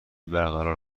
برقرار